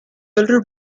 elder